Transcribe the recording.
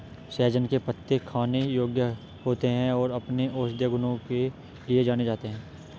सहजन के पत्ते खाने योग्य होते हैं और अपने औषधीय गुणों के लिए जाने जाते हैं